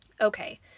okay